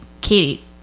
Katie